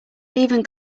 even